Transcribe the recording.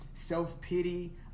self-pity